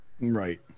Right